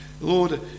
Lord